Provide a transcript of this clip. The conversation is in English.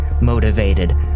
motivated